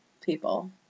people